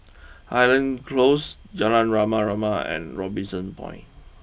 Highland close Jalan Rama Rama and Robinson Point